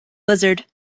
blizzard